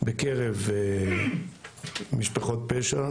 בקרב משפחות פשע,